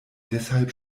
deshalb